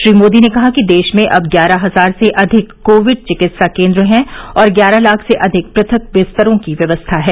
श्री मोदी ने कहा कि देश में अब ग्यारह हजार से अधिक कोविड चिकित्सा केन्द्र है और ग्यारह लाख से अधिक पृथक बिस्तरों की व्यवस्था है